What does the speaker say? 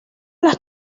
las